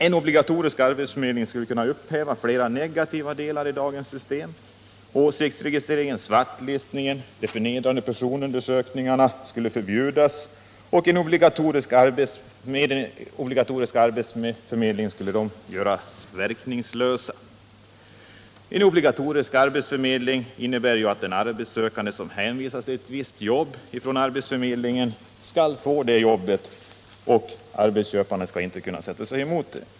En obligatorisk arbetsförmedling skulle kunna upphäva flera negativa delar i dagens system. Åsiktsregistreringen, svartlistningen och de förnedrande personundersökningarna skulle förbjudas, och en obligatorisk arbetsförmedling skulle göra dem verkningslösa. En obligatorisk arbetsförmedling innebär att en arbetssökande som hänvisas till ett visst jobb från arbetsförmedlingen skall få det jobbet, och arbetsköparna skall inte kunna sätta sig emot det.